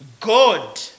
God